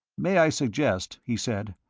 may i suggest, he said,